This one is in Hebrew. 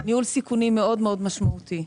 ניהול סיכונים מאוד מאוד משמעותי.